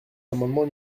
l’amendement